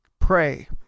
Pray